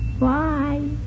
Bye